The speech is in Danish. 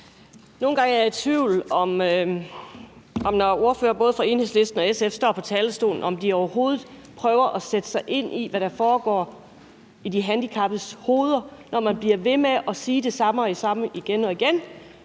Nogle gange er jeg i tvivl om, om ordførere fra både Enhedslisten og SF, når de står på talerstolen, overhovedet prøver at sætte sig ind i, hvad der foregår i de handicappedes hoveder, altså når man bliver ved med at sige det samme igen og igen.